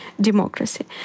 democracy